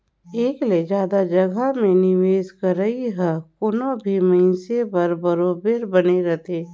एक ले जादा जगहा में निवेस करई ह कोनो भी मइनसे बर बरोबेर बने रहथे